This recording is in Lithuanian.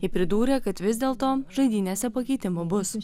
ji pridūrė kad vis dėlto žaidynėse pakeitimų bus